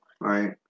right